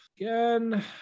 again